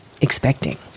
expecting